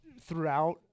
throughout